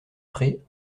pré